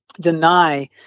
deny